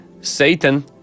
Satan